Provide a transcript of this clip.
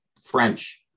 French